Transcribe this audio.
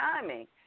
timing